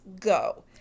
go